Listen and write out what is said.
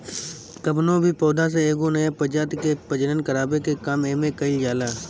कवनो भी पौधा से एगो नया प्रजाति के प्रजनन करावे के काम एमे कईल जाला